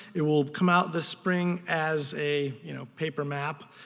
it will come out this spring as a you know paper map,